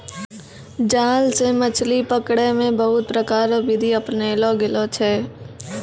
जाल से मछली पकड़ै मे बहुत प्रकार रो बिधि अपनैलो गेलो छै